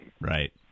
Right